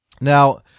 Now